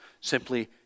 simply